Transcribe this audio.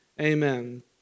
amen